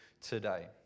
today